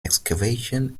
excavation